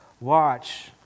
Watch